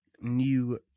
new